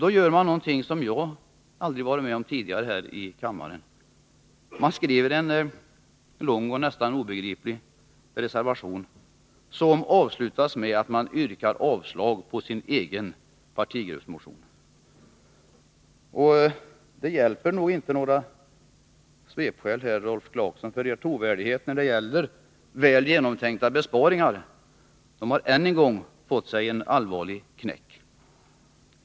Då gör man någonting som jag aldrig har varit med om tidigare här i kammaren. Man skriver en lång och nästan obegriplig reservation, som avslutas med att man yrkar avslag på sin egen partigruppsmotion. Några svepskäl räcker nog inte, Rolf Clarkson, för det är trovärdigheten det gäller. Talet om väl genomtänkta besparingar har än en gång fått sig en allvarlig knäck.